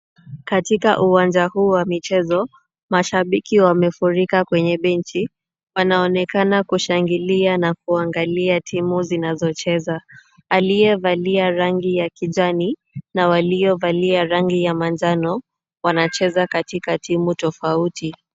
Katika uwanja huu wa michezo, mashabiki wamefurika kwenye benchi. Wanaonekana kushangilia na kuangalia timu zinazocheza. Aliyevalia rangi ya kijani na waliovalia rangi ya manjano, wanacheza katika timu tofauti.